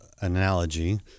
analogy